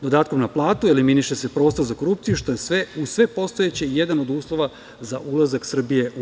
Dodatkom na platu se eleminiše prostor za korupciju, što je sve, uz sve postojeće, jedan od uslova za ulazak Srbije u EU.